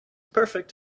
perfect